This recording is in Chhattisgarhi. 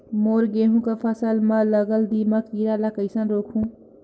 मोर गहूं कर फसल म लगल दीमक कीरा ला कइसन रोकहू?